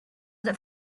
that